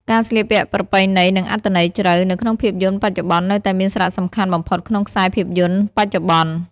ការស្លៀកពាក់ប្រពៃណី និងអត្ថន័យជ្រៅ នៅក្នុងភាពយន្តបច្ចុប្បន្ននៅតែមានសារៈសំខាន់បំផុតក្នុងខ្សែភាពយន្តបច្ចុប្បន្ន។